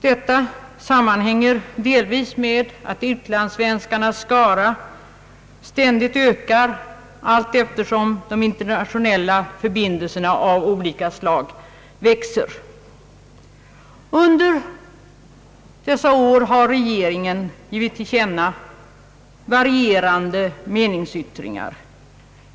Detta sammanhänger delvis med att utlandssvenskarnas skara ständigt ökar allteftersom de internationella förbindelserna av olika slag växer. Under dessa år har regeringen givit till känna varierande meningsyttringar.